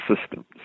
systems